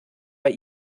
bei